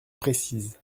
précises